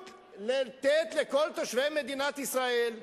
לתת לכל תושבי מדינת ישראל,